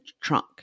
trunk